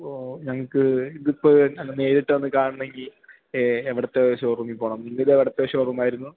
ഇപ്പോൾ ഞങ്ങൾക്ക് ഇതിപ്പോൾ എന്നാണ് നേരിട്ടൊന്ന് കാണണമെങ്കിൽ എവിടുത്തെ ഷോ റൂമിപ്പോണം നിങ്ങളുടെ എവിടുത്തെ ഷോ റൂമായിരുന്നു